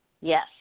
yes